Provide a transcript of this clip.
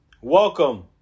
Welcome